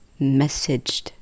messaged